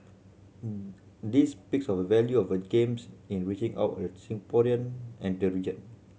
this speaks of a value of a Games in reaching out a Singaporean and the region